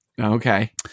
Okay